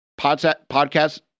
podcast